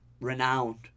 renowned